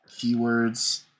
keywords